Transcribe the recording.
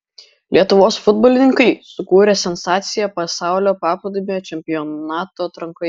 lietuvos futbolininkai sukūrė sensaciją pasaulio paplūdimio čempionato atrankoje